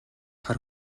хар